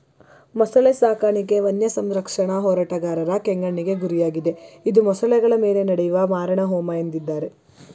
ಮೊಸಳೆ ಸಾಕಾಣಿಕೆ ವನ್ಯಸಂರಕ್ಷಣಾ ಹೋರಾಟಗಾರರ ಕೆಂಗಣ್ಣಿಗೆ ಗುರಿಯಾಗಿದೆ ಇದು ಮೊಸಳೆಗಳ ಮೇಲೆ ನಡೆಯುವ ಮಾರಣಹೋಮ ಎಂದಿದ್ದಾರೆ